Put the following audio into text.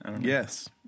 Yes